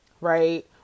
Right